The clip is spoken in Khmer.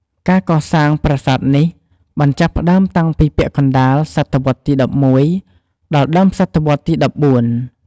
ការកសាងប្រាសាទនេះបានចាប់ផ្ដើមតាំងពីពាក់កណ្ដាល សតវត្សរ៍ទី ១១ ដល់ដើមសតវត្សរ៍ទី ១៤។